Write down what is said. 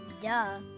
Duh